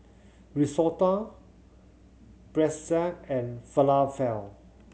Risotto Pretzel and Falafel